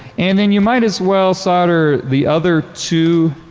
and then you might as well solder the other two